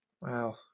Wow